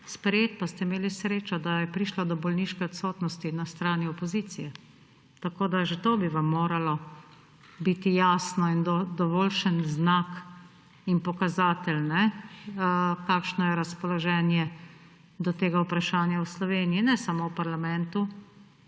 sprejet, pa ste imeli srečo, da je prišlo do bolniške odsotnosti na strani opozicije. Tako bi vam že to moralo biti jasno in dovoljšen znak in pokazatelj, kakšno je razpoloženje do tega vprašanja v Sloveniji, ne samo v parlamentu,